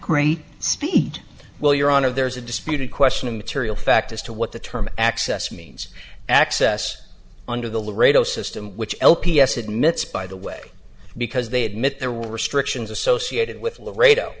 great speed well your honor there's a disputed question of material fact as to what the term access means access under the laredo system which l p s admits by the way because they admit there were restrictions associated with laredo